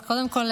אז קודם כול,